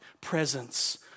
presence